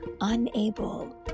unable